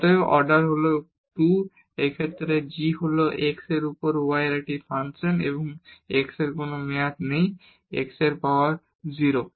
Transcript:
অতএব অর্ডার হল 2 এবং এই ক্ষেত্রে এই g হল x এর উপর y এর একটি ফাংশন এবং এখানে x এর কোন মেয়াদ নেই x পাওয়ার 0